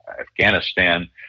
Afghanistan –